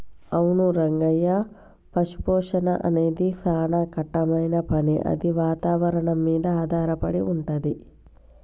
అవును రంగయ్య పశుపోషణ అనేది సానా కట్టమైన పని అది వాతావరణం మీద ఆధారపడి వుంటుంది